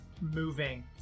moving